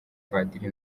padiri